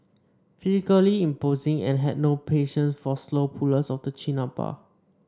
physically imposing and had no patience for slow pullers of the chin up bar